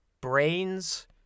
brains